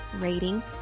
rating